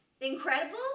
incredible